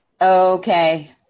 Okay